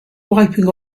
wiping